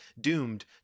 doomed